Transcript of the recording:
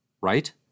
right